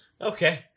Okay